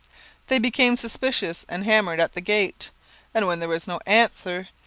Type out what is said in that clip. they became suspicious and hammered at the gate and, when there was no answer,